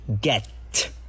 get